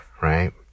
right